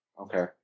Okay